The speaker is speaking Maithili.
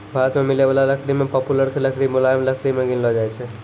भारत मॅ मिलै वाला लकड़ी मॅ पॉपुलर के लकड़ी मुलायम लकड़ी मॅ गिनलो जाय छै